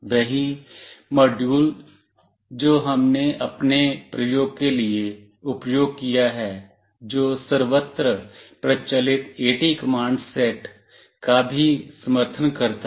वही मॉड्यूल जो हमने अपने प्रयोग के लिए उपयोग किया है जो सर्वत्र प्रचलित एटी कमांड सेट का भी समर्थन करता है